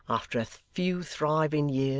after a few thriving years,